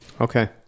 okay